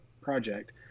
project